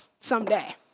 someday